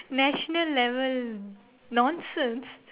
national level nonsense